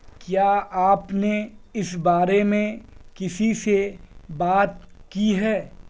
کیا آپ نے اس بارے میں کسی سے بات کی ہے